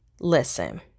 listen